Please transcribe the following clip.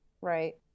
right